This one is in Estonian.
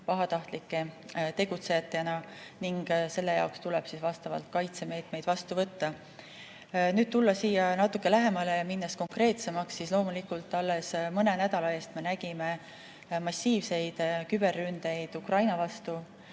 pahatahtlikult ning selle jaoks tuleb vastavaid kaitsemeetmeid võtta. Nüüd, tulles siia natuke lähemale ja minnes konkreetsemaks, siis alles mõne nädala eest me nägime massiivseid küberründeid Ukraina vastu.